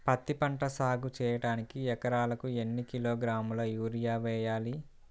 పత్తిపంట సాగు చేయడానికి ఎకరాలకు ఎన్ని కిలోగ్రాముల యూరియా వేయాలి?